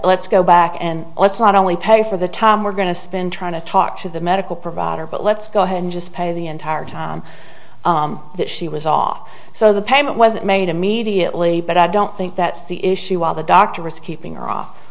let's go back and let's not only pay for the time we're going to spend trying to talk to the medical provider but let's go ahead and just pay the entire time that she was off so the payment wasn't made immediately but i don't think that's the issue while the doctor risk keeping her off